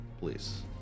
please